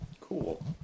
cool